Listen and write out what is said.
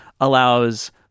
allows